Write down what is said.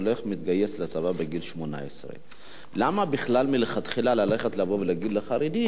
הולך ומתגייס לצבא בגיל 18. למה בכלל מלכתחילה לבוא ולהגיד לחרדי,